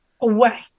away